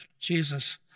Jesus